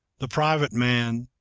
the private man,